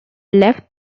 left